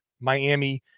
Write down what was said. Miami